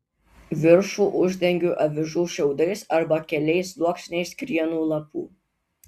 viršų uždengiu avižų šiaudais arba keliais sluoksniais krienų lapų